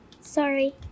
Sorry